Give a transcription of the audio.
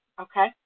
okay